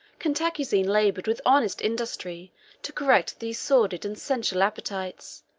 cantacuzene labored with honest industry to correct these sordid and sensual appetites,